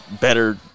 better